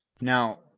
now